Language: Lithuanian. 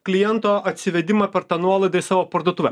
kliento atsivedimą per tą nuolaidą į savo parduotuvę